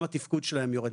גם התפקוד שלהם יורד.